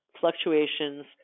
fluctuations